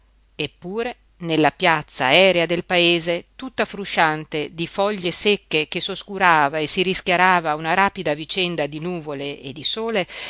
eppure nella piazza aerea del paese tutta frusciante di foglie secche che s'oscurava e rischiarava a una rapida vicenda di nuvole e di sole